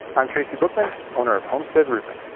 i'm tracy bookman, owner of homestead roofing.